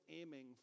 aiming